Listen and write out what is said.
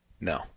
No